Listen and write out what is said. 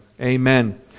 amen